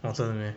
orh 真的 meh